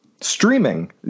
streaming